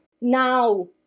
now